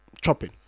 chopping